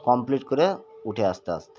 complete করে উঠে আস্তে আস্তে